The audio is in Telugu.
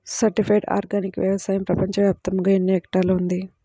సర్టిఫైడ్ ఆర్గానిక్ వ్యవసాయం ప్రపంచ వ్యాప్తముగా ఎన్నిహెక్టర్లలో ఉంది?